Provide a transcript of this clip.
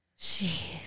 Jeez